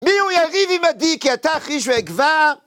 מי הוא יריב עמדי כי עתה אחריש ואגוע